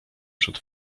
przed